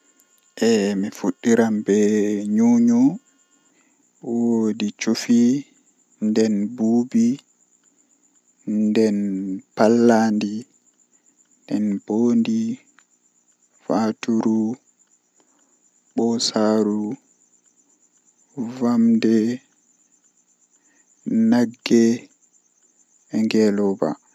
Mi wiyan mo min on waine kaza mi nodduki mi noddumaa mi heɓaaki ma mi tawi ma babal ma jei nyamuki jei kaza kaza miɗon renu ma haa ton